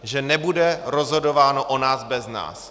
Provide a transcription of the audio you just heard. Že nebude rozhodováno o nás bez nás.